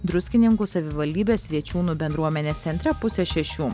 druskininkų savivaldybės viečiūnų bendruomenės centre pusę šešių